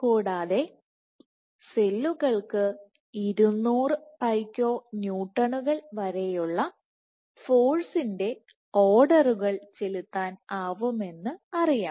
കൂടാതെ സെല്ലുകൾക്ക് 200 പൈക്കോന്യൂട്ടണുകൾ വരെയുള്ള ഫോഴ്സിന്റെ ഓർഡറുകൾ ചെലുത്താൻ ആവുമെന്നറിയാം